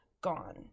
gone